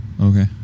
Okay